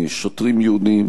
שוטרים יהודים,